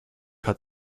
hat